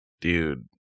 dude